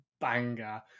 banger